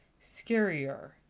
scarier